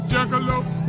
Jackalope